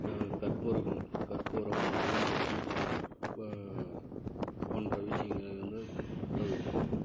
கற்பூரம் கற்பூரம் ஊதுபத்தி போன்ற விஷயங்களை வந்து பற்ற வைத்து